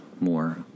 more